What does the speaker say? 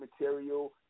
material